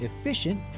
efficient